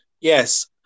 Yes